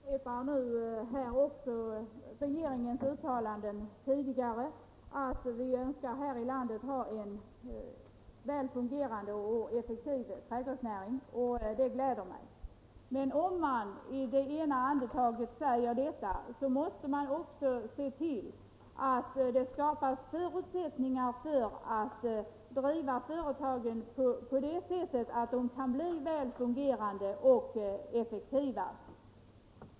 Herr talman! Herr Bergqvist upprepar nu regeringens tidigare uttalande, att vi här i landet önskar ha en väl fungerande och effektiv trädgårdsnäring. Det gläder mig. 41 Men om man säger detta, måste man väl också se till att förutsättningar skapas för att driva företagen på ett sådant sätt att de kan bli väl fungerande och effektiva.